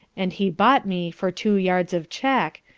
and he bought me for two yards of check,